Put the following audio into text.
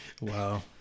Wow